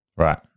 Right